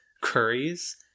curries